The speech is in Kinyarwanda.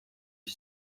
iki